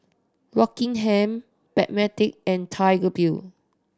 Rockingham Backpedic and Tiger Beer